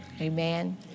Amen